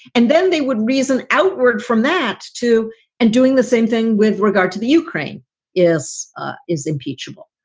and then they would reason outward from that to and doing the same thing with regard to the ukraine is is impeachable.